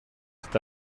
cet